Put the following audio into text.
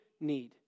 need